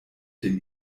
dem